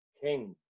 king